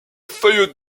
feuilles